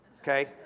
okay